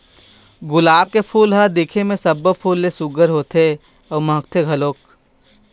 गुलाब के फूल ल ह दिखे म सब्बो फूल ले सुग्घर होथे अउ महकथे घलोक